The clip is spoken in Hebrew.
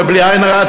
ובלי עין רעה,